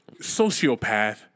sociopath